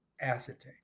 acetate